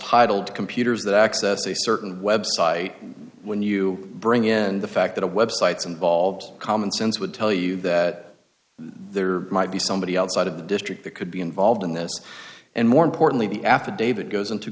piebald computers that access a certain website when you bring in the fact that a web site's involved common sense would tell you that there might be somebody outside of the district that could be involved in this and more importantly the affidavit goes into